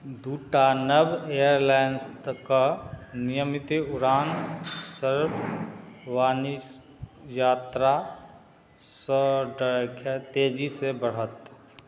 दुइ टा नव एअरलाइन्सके नियमित उड़ान सर्वजनिक यात्रा तेजीसे बढ़त